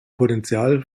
potenzial